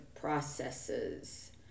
processes